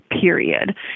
Period